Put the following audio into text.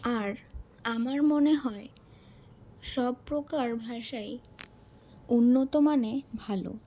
আর আমার মনে হয় সব প্রকার ভাষাই উন্নত মানে ভালো